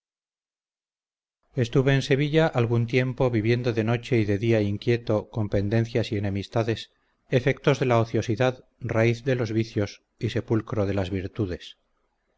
estuve en sevilla algún tiempo viviendo de noche y de día inquieto con pendencias y enemistades efectos de la ociosidad raíz de los vicios y sepulcro de las virtudes